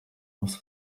ubusa